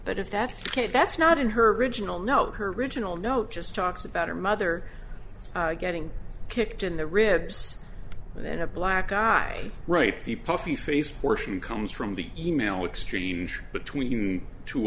but if that's ok that's not in her original note her original note just talks about her mother getting kicked in the ribs and then a black guy right the puffy face portion comes from the e mail extreme between two